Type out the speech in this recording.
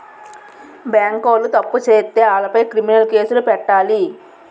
బేంకోలు తప్పు సేత్తే ఆలపై క్రిమినలు కేసులు పెట్టాలి